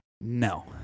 No